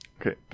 Okay